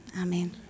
amen